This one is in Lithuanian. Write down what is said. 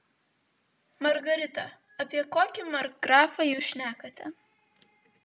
margarita apie kokį markgrafą jūs šnekate